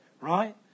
Right